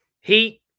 heat